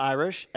Irish